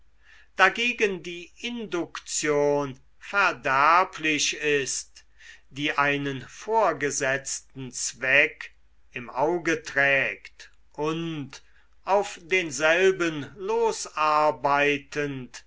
dagegen die induktion verderblich ist die einen vorgesetzten zweck im auge trägt und auf denselben